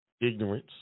ignorance